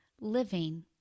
living